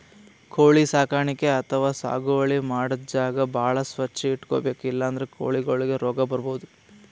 ಕೋಳಿ ಸಾಕಾಣಿಕೆ ಅಥವಾ ಸಾಗುವಳಿ ಮಾಡದ್ದ್ ಜಾಗ ಭಾಳ್ ಸ್ವಚ್ಚ್ ಇಟ್ಕೊಬೇಕ್ ಇಲ್ಲಂದ್ರ ಕೋಳಿಗೊಳಿಗ್ ರೋಗ್ ಬರ್ಬಹುದ್